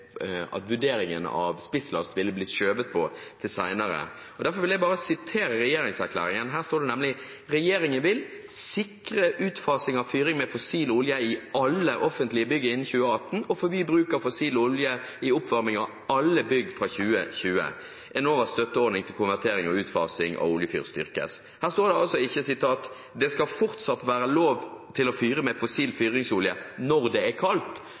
at regjeringen vil: «Sikre utfasing av fyring med fossil olje i alle offentlige bygg innen 2018 og forby bruk av fossil olje i oppvarming i alle bygg fra 2020. Enovas støtteordning til konvertering og utfasing av oljefyr styrkes.» Det står altså ikke at det skal fortsatt være lov til å fyre med fossil fyringsolje når det er kaldt,